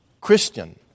Christian